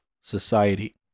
society